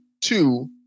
Two